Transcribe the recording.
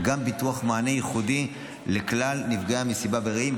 וגם פיתוח מענה ייחודי לכל נפגעי המסיבה ברעים,